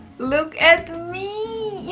look at meee.